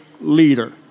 leader